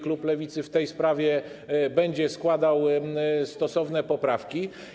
Klub Lewicy w tej sprawie będzie składał stosowne poprawki.